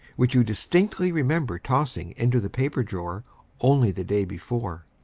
which you distinctly remember tossing into the paper-drawer only the day before.